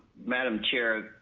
madam chair,